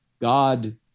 God